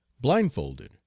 blindfolded